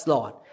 Lord